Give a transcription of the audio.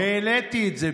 העליתי את זה.